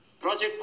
Project